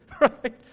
right